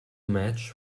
match